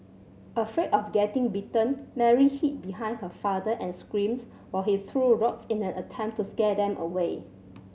afraid of getting bitten Mary hid behind her father and screamed while he threw rocks in an attempt to scare them away